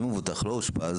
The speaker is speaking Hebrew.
אם מבוטח לא אושפז